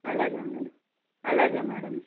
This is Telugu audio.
అలాగే మేడం అలాగే మేడం